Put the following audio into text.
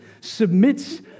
submits